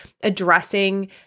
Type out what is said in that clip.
addressing